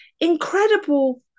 incredible